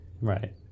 right